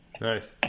Nice